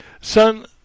Son